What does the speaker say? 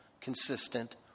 consistent